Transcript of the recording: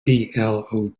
blow